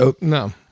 No